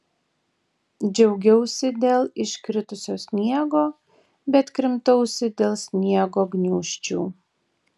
džiaugiausi dėl iškritusio sniego bet krimtausi dėl sniego gniūžčių